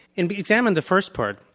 and we examined the first part,